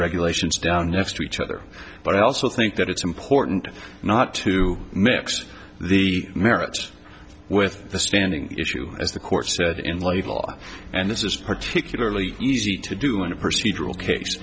regulations down next to each other but i also think that it's important not to mix the merits with the standing issue as the court said in level and this is particularly easy to do want to proceed rule case